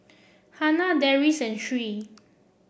Hana Deris and Sri